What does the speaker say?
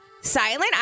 silent